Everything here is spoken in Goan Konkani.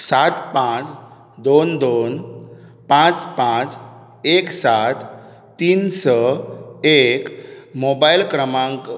सात पांच दोन दोन पांच पांच एक सात तीन स एक मोबायल क्रमांक